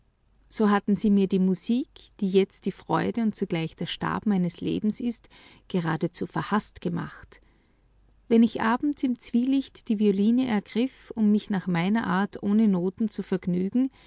so hatten sie mir die musik die jetzt die freude und zugleich der stab meines lebens ist geradezu verhaßt gemacht wenn ich abends im zwielicht die violine ergriff um mich nach meiner art ohne noten zu vergnügen